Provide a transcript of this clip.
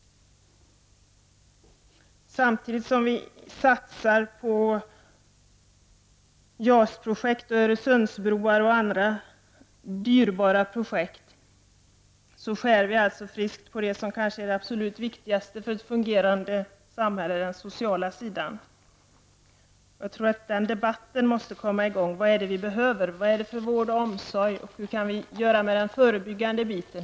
Samtidigt som vi satsar på JAS-projektet, Öresundsbron och andra dyrbara projekt, skär vi ned friskt på det som kanske är det absolut viktigaste för ett fungerande samhälle, den sociala sidan. Vi måste få i gång en debatt om vad det är vi behöver, vilken vård och omsorgvi skall ha och hur vi skall lyckas med det förebyggande arbetet.